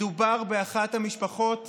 מדובר באחת המשפחות